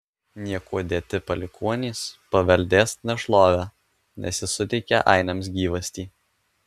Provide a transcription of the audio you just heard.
niekuo dėti palikuonys paveldės nešlovę nes jis suteikė ainiams gyvastį